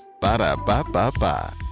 Ba-da-ba-ba-ba